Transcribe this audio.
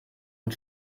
und